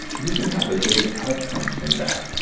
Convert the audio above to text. you can have a big outcome from that.